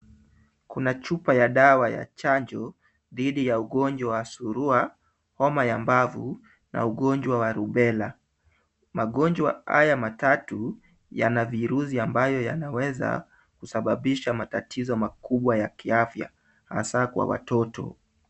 Kuna chupa ya dawa ya chanjo dhidi ya ugonjwa surua, homa ya mbavu na ugonjwa wa Rubella. Magonjwa haya matatu yana virusi ambayo yanaweza kusababisha matatizo makubwa ya kiafya hasa kwa watoto.